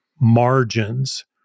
margins